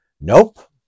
nope